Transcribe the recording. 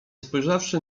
spojrzawszy